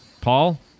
Paul